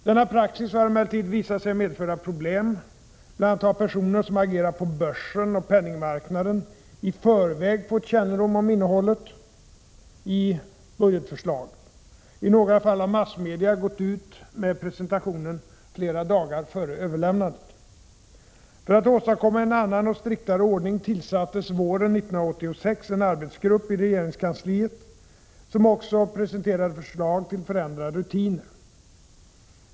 Denna praxis har emellertid visat sig medföra problem. Bl. a. har personer som agerar på börsen och penningmarknaden i förväg fått kännedom om innehållet i budgetförslaget. I några fall har massmedia gått ut med presentationen flera dagar före överlämnandet. För att åstadkomma en annan och striktare ordning tillsattes våren 1986 en arbetsgrupp i regeringskansliet som också presenterade förslag till förändrade rutiner.